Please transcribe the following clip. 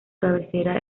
cabecera